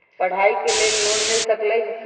पढाई के लेल लोन मिल सकलई ह की?